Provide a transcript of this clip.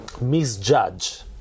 misjudge